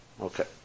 Okay